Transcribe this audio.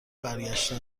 برگشته